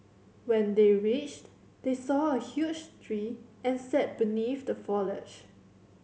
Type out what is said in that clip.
when they reached they saw a huge tree and sat beneath the foliage